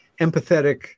empathetic